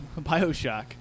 Bioshock